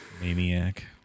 Maniac